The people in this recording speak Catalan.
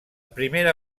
primera